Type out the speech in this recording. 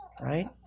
Right